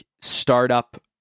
startup